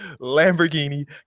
Lamborghini